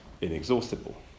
inexhaustible